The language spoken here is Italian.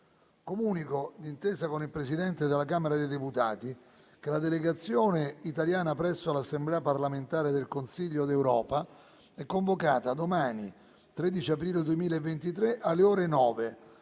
Comunico, d'intesa con il Presidente della Camera dei deputati, che la delegazione italiana presso l'Assemblea parlamentare del Consiglio d'Europa è convocata domani, 13 aprile 2023, alle ore 9,